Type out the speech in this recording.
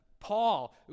Paul